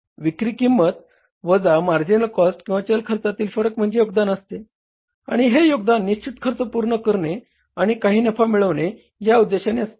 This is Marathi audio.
विक्री किंमत वजा मार्जिनल कॉस्ट किंवा चल खर्चातील फरक म्हणजे योगदान असते आणि हे योगदान निश्चित खर्च पूर्ण करणे आणि काही नफा मिळविणे या उद्देशाने असते